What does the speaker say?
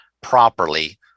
properly